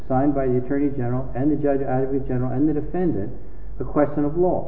signed by the attorney general and the judge the general and the defendant the question of law